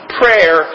prayer